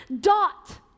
dot